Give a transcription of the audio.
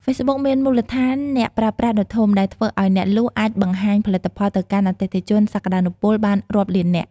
ហ្វេសប៊ុកមានមូលដ្ឋានអ្នកប្រើប្រាស់ដ៏ធំ ដែលធ្វើឱ្យអ្នកលក់អាចបង្ហាញផលិតផលទៅកាន់អតិថិជនសក្តានុពលបានរាប់លាននាក់។